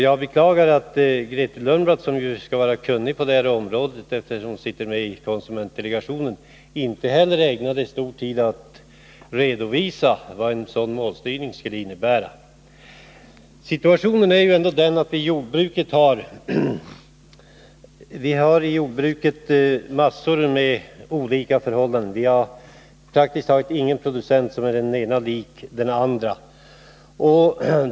Jag beklagar att Grethe Lundblad, som ju skall vara kunnig på det här området — hon ingår ju i konsumentdelegationen —, inte heller ägnade mycken tid åt att redovisa vad en sådan målstyrning skulle innebära. Situationen är ändå den att vi har en mängd olika förhållanden inom jordbruket. Praktiskt taget ingen producent är den andra lik.